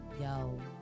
Yo